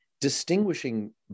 distinguishing